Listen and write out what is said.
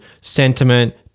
sentiment